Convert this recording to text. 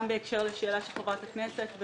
גם בהקשר לשאלה של חברת הכנסת פרקש הכהן,